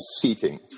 seating